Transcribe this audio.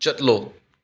ꯆꯠꯂꯣ